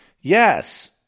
Yes